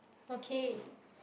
okay